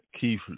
Keith